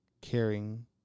caring